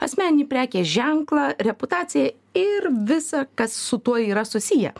asmeninį prekės ženklą reputaciją ir visa kas su tuo yra susiję